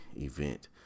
event